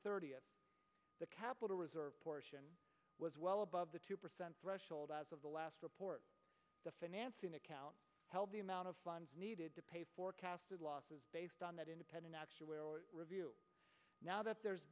thirtieth the capital reserve portion was well above the two percent threshold as of the last report the financing account held the amount of funds needed to pay forecasted losses based on that independent review now that there's